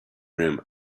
rim